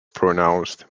pronounced